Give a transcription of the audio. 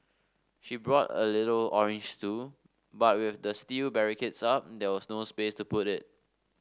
she brought a little orange stool but with the steel barricades up there was no space to put it